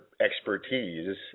expertise